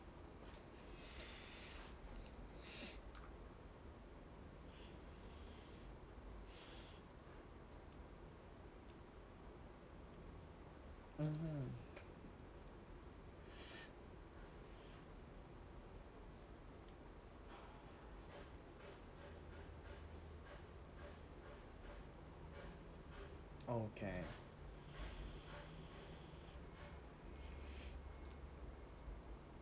mmhmm okay